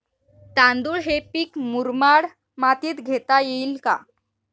तांदूळ हे पीक मुरमाड मातीत घेता येईल का?